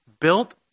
built